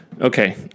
Okay